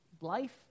Life